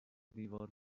دیوار